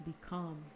become